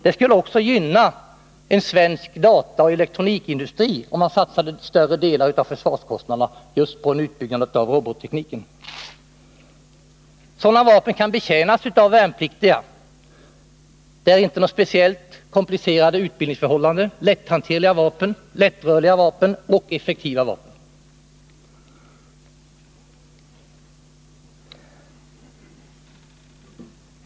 Det skulle också gynna en svensk dataoch elektronikindustri, om man satsade en större del av försvarskostnaderna på just en utbyggnad av robottekniken. Sådana här vapen kan betjänas av värnpliktiga. Det skulle inte behöva bli fråga om någon speciellt komplicerad utbildning. Det handlar om lätthanterliga och lättrörliga vapen som dessutom är effektiva.